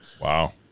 wow